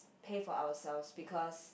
pay for ourselves because